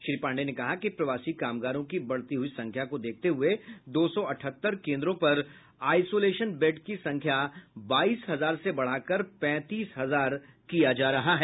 श्री पांडेय ने कहा कि प्रवासी कामगारों की बढ़ती हुई संख्या को देखते हुये दो सौ अठहत्तर केन्द्रों पर आईसोलेशन बेड की संख्या बाईस हजार से बढ़ाकर पैंतीस हजार किया जा रहा है